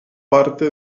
parte